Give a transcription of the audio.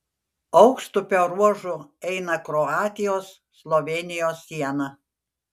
aukštupio ruožu eina kroatijos slovėnijos siena